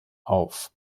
auf